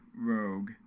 rogue